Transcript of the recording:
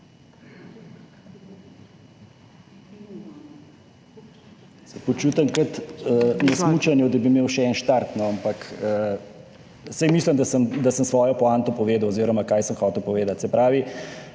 počutim kot na smučanju, da bi imel še en štart. No, ampak saj mislim, da sem svojo poanto povedal oziroma kaj sem hotel povedati.